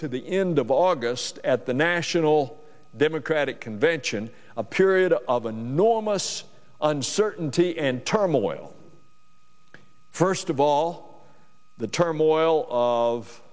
to the end of august at the national democratic convention a period of enormous uncertainty and turmoil first of all the turmoil of